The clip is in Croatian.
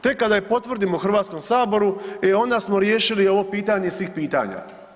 Tek kada je potvrdimo u Hrvatskom saboru, e onda smo riješili ovo pitanje svih pitanja.